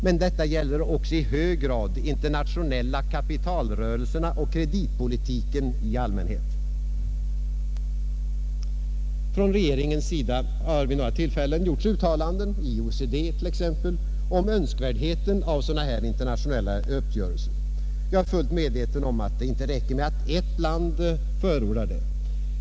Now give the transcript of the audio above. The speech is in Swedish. Men det gäller också i hög grad de internationella kapitalrörelserna och kreditpolitiken i allmänhet. Från regeringens sida har vid några tillfällen gjorts uttalanden — i OECD t.ex. — om önskvärdheten av sådana internationella uppgörelser. Jag är fullt medveten om att det inte räcker med att ett land förordar det.